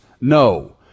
No